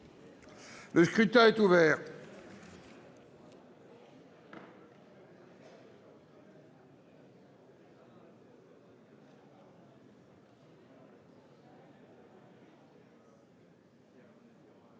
Le scrutin est ouvert.